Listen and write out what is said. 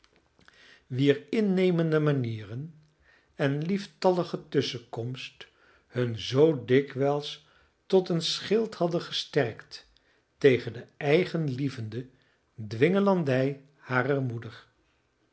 wier innemende manieren en lieftallige tusschenkomst hun zoo dikwijls tot een schild hadden gestrekt tegen de eigenlievende dwingelandij harer moeder